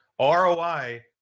ROI